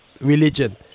religion